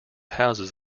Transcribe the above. houses